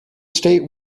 state